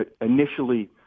initially